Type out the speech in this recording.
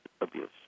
abuse